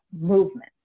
movement